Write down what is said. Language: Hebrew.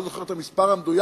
אני לא זוכר את המספר המדויק,